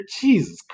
Jesus